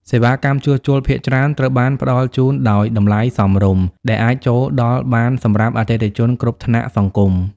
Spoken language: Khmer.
សេវាកម្មជួសជុលភាគច្រើនត្រូវបានផ្តល់ជូនដោយតម្លៃសមរម្យ ដែលអាចចូលដល់បានសម្រាប់អតិថិជនគ្រប់ថ្នាក់សង្គម។